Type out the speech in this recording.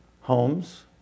homes